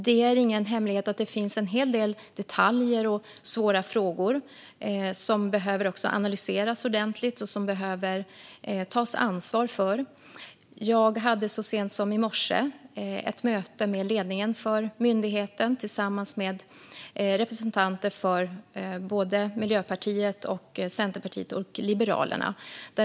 Det är dock ingen hemlighet att det finns en hel del detaljer och svåra frågor som behöver analyseras ordentligt och som det behöver tas ansvar för. Jag hade så sent som i morse ett möte med ledningen för myndigheten tillsammans med representanter för Miljöpartiet, Centerpartiet och Liberalerna.